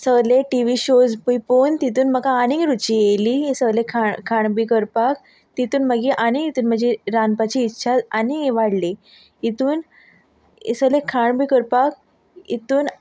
सगले TV shows बी पोवन तितून म्हाका आनी रुची येयली सोगलें खा खाण बी करपाक तितूंत मागीर आनीक म्हजी रांदपाची इत्सा आनीक वाडली हितून सोगलें खाण बी करपाक हितून